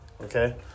okay